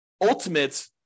ultimate